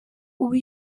ubu